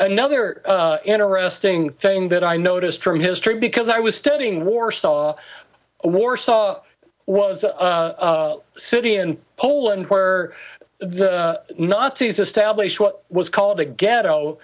another interesting thing that i noticed from history because i was studying warsaw warsaw was a city in poland where the nazis establish what was called a ghetto